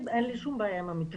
אין לי שום בעיה עם המתווה.